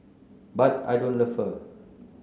but I don't love her